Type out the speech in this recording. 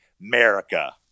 America